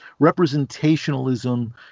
representationalism